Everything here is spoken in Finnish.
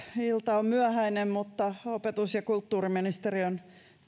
ilta on myöhäinen mutta opetus ja kulttuuriministeriön